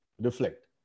reflect